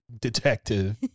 detective